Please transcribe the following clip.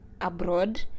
abroad